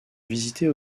visitée